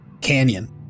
canyon